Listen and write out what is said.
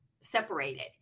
separated